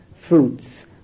fruits